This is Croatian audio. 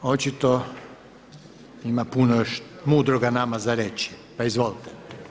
Očito ima puno još mudroga nama za reći, pa izvolite.